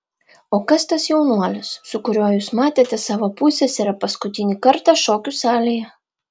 o kas tas jaunuolis su kuriuo jūs matėte savo pusseserę paskutinį kartą šokių salėje